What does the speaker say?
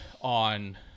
on